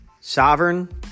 sovereign